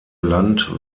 land